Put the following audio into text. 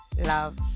love